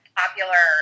popular